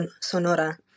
Sonora